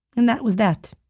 and that was that.